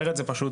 אני חושב,